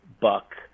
Buck